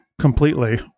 completely